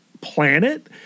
planet